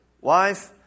wife